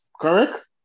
Correct